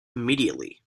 immediately